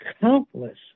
countless